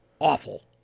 awful